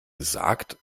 gesagt